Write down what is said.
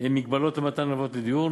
"מגבלות למתן הלוואות לדיור".